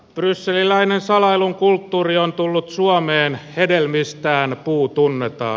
brysselin läheinen salailun kulttuuri on tullut suomeen hedelmistään puu tunnetaan